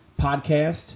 podcast